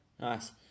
Nice